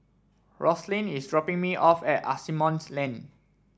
Roslyn is dropping me off at Asimont Lane